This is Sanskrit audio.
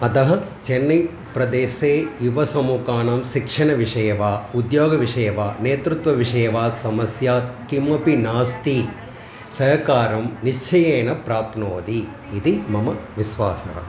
अतः चेन्नैप्रदेशे युवसमुहाना शिक्षणविषये वा उद्योगविषये वा नेतृत्वविषये वा समस्या किमपि नास्ति सहकारं निश्चयेन प्राप्नोति इति मम विश्वासः